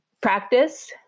practice